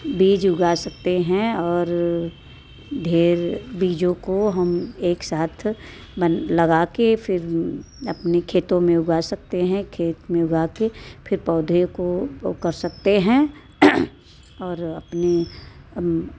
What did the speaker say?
बीज उगा सकते हैं और ढेर बीजों को हम एक साथ मन लगा के फिर अपने खेतों में उगा सकते हैं खेत में उगा के फिर पौधे को वो कर सकते हैं और अपनी